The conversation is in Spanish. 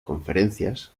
conferencias